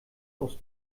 aus